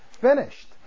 Finished